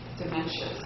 dementia